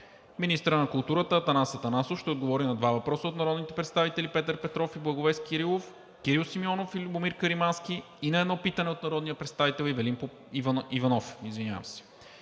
Министърът на културата Атанас Атанасов ще отговори на два въпроса от народните представители Петър Петров; и Благовест Кирилов, Кирил Симеонов и Любомир Каримански и на едно питане от народния представител Ивелин Иванов. 8.